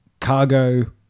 Cargo